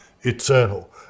eternal